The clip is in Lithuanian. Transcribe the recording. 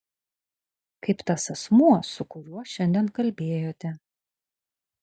kaip tas asmuo su kuriuo šiandien kalbėjote